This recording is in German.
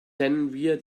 wir